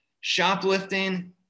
shoplifting